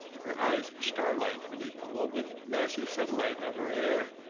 her eyes starlike beneath the woven, massy sunlight of her hair.